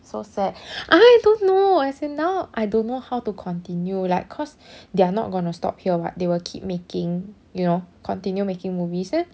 so sad I don't know as in now I don't know how to continue like cause they are not gonna stop here [what] they will keep making you know continue making movies then